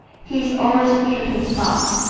he is always shooting sparks,